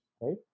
right